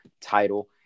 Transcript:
title